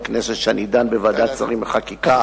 כנסת שאני דן בהן בוועדת שרים לחקיקה,